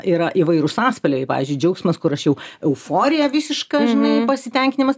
yra įvairūs atspalviai pavyzdžiui džiaugsmas kur aš jau euforija visiška žinai pasitenkinimas